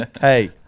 hey